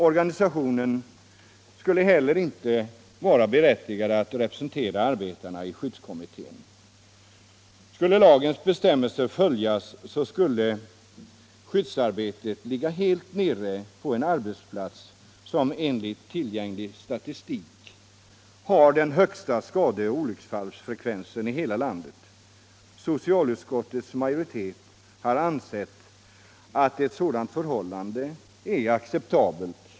Organisationen är heller inte enligt 41 3 berättigad att representera arbetarna i skyddskommittén. Skulle lagens bestämmelser följas. skulle skyddsarbetet ligga helt nere på en arbetsplats som enligt tillgänglig sta tistik har den högsta skade och olycksfallsfrekvensen i hela landet. Socialutskottets majoritet har ansett att ett sådant förhållande är acceptabelt.